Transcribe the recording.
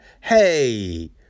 Hey